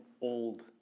old